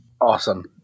Awesome